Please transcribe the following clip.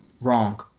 Wrong